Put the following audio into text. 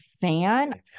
fan